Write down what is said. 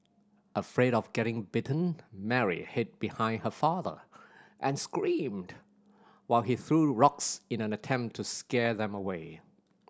afraid of getting bitten Mary hid behind her father and screamed while he threw rocks in an attempt to scare them away